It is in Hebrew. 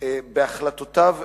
בהחלטותיו אלו,